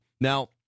Now